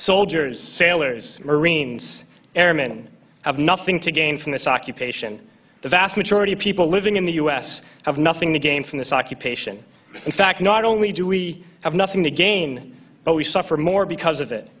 soldiers sailors marines airmen have nothing to gain from this occupation the vast majority of people living in the us have nothing to gain from this occupation in fact not only do we have nothing to gain but we suffer more because of it